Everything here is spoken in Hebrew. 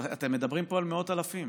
אתם מדברים פה על מאות אלפים